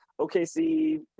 OKC